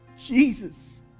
Jesus